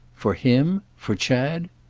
for him? for chad?